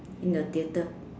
in the theatre